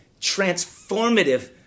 transformative